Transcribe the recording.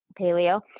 paleo